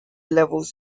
levels